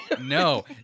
No